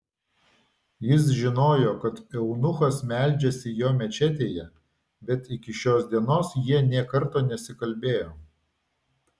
jis žinojo kad eunuchas meldžiasi jo mečetėje bet iki šios dienos jie nė karto nesikalbėjo